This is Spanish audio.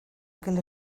aquel